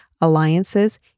alliances